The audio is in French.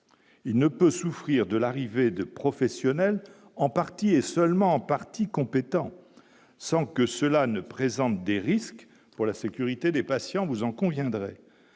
il ne peut souffrir de l'arrivée de professionnels en partie et seulement en partie compétents, sans que cela ne présente des risques pour la sécurité des patients, vous en conviendrez,